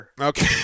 Okay